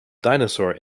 dinosaur